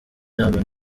inama